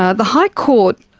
ah the high court